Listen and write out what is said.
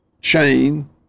chain